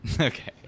Okay